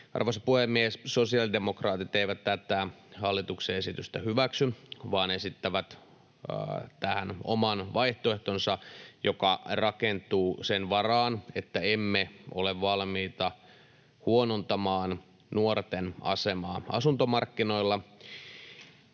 Arvoisa puhemies! Sosiaalidemokraatit eivät tätä hallituksen esitystä hyväksy vaan esittävät tähän oman vaihtoehtonsa, joka rakentuu sen varaan, että emme ole valmiita huonontamaan nuorten asemaa asuntomarkkinoilla.